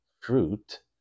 fruit